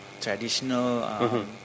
traditional